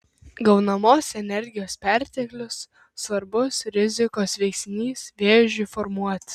gaunamos energijos perteklius svarbus rizikos veiksnys vėžiui formuotis